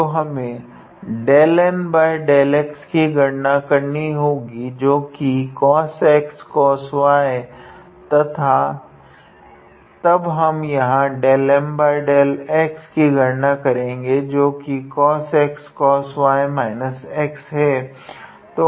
तो हमें 𝜕𝑁𝜕𝑥 की गणना करनी होगी जो की cosxcosy है तथा तब हम यहाँ 𝜕M𝜕𝑥 की गणना करेगे जो की cosxcosy x है